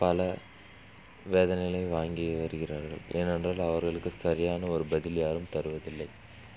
பல வேதனைகளை வாங்கி வருகிறார்கள் ஏனென்றால் அவர்களுக்கு சரியான ஒரு பதில் யாரும் தருவதில்லை